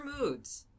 Moods